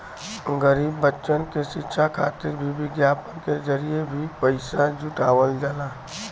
गरीब बच्चन क शिक्षा खातिर भी विज्ञापन के जरिये भी पइसा जुटावल जाला